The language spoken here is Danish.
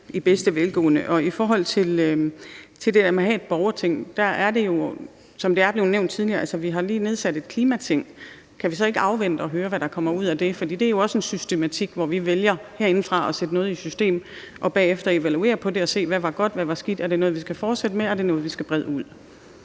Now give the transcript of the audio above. i bedste velgående. I forhold til det der med at have et borgerting er det jo sådan, som det er blevet nævnt tidligere, at vi lige har nedsat et klimating. Kan vi så ikke afvente og høre, hvad der kommer ud af det? For det er jo også en systematik, hvor vi herindefra vælger at sætte noget i system. Bagefter evaluerer vi på det og ser, hvad der var godt, hvad der var skidt, og om det er noget, vi skal fortsætte med, og om det er noget, vi skal brede ud.